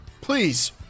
please